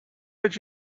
did